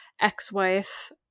ex-wife